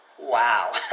wow